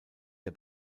der